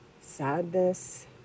sadness